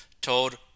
told